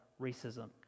racism